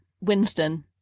winston